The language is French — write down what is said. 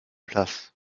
place